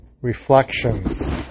reflections